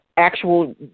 actual